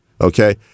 okay